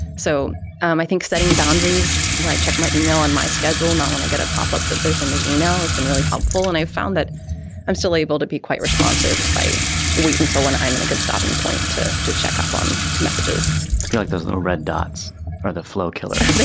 so i think setting boundaries, right. check my email on my schedule, not want and get a pop up that there's a new email has been really helpful. and i found that i'm still able to be quite responsive if i wait until when i'm in a good stopping point to to check up on messages. i feel like those little red dots are the flow killer.